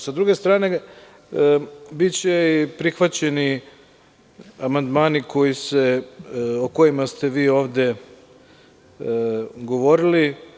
Sa druge strane biće i prihvaćeni amandmani o kojima ste vi ovde govorili.